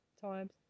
Times